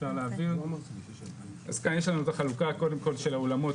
כאן יש לנו את החלוקה של האולמות קודם